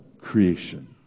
creation